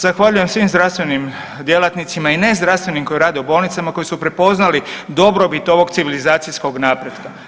Zahvaljujem svi zdravstvenim djelatnicima i nezdravstvenim koji rade u bolnicama koji su prepoznali dobrobit ovog civilizacijskog napretka.